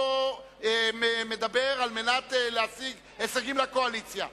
מדבר על מנת להשיג הישגים לקואליציה.